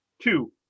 Two